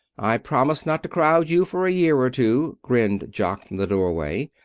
i'll promise not to crowd you for a year or two, grinned jock from the doorway,